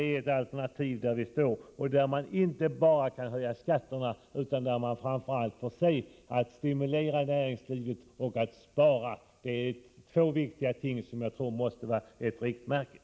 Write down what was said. Vårt alternativ står vi för; vi kan inte bara höja skatterna, utan vi får framför allt se . till att stimulera näringslivet och att spara. Det är två viktiga ting som jag anser måste vara riktmärken.